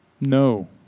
No